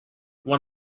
one